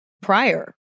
prior